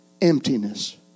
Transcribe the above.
emptiness